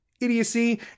idiocy